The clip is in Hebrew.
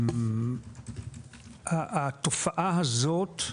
התופעה הזאת,